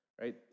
right